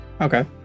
okay